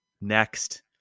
next